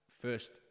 first